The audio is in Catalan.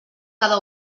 cada